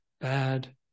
bad